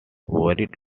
worried